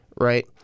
right